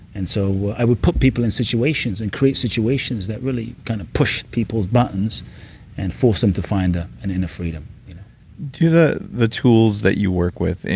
and so i would put people in situations and create situations that really kind of pushed people's buttons and forced them to find ah an inner freedom do the the tools that you work with,